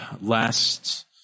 last